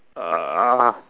uh